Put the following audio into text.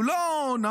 הוא לא נאור,